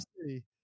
City